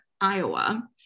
Iowa